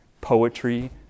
poetry